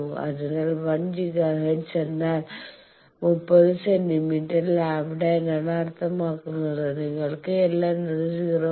അതിനാൽ 1 gigahertz എന്നാൽ 30 centimetre lambda എന്നാണ് അർത്ഥമാക്കുന്നത് നിങ്ങൾക്ക് L എന്നത് 0